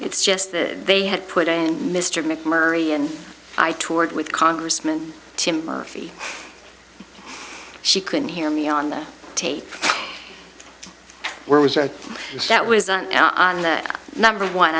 it's just that they had put in mr macmurray and i toured with congressman tim murphy she couldn't hear me on that tape where was i that was on the number one